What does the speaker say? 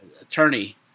attorney